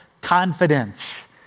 confidence